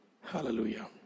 Hallelujah